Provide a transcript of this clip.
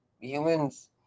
Humans